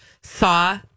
saw